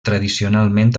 tradicionalment